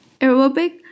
Aerobic